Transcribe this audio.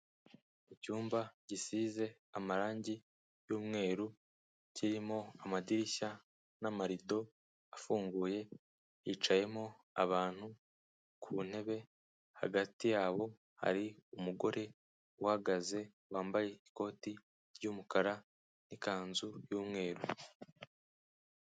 Icyumba gisize amarangi y'umweru, kirimo amadirishya n'amarido afunguye, hicayemo abantu ku ntebe, hagati yabo hari umugore uhagaze, wambaye ikoti ry'umukara n'ikanzu y'umweru.